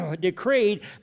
decreed